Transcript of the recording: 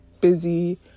busy